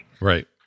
Right